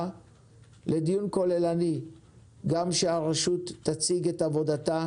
לדיון כוללני כדי שהרשות גם תציג את עבודתה.